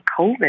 COVID